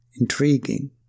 intriguing